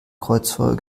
kreuzfeuer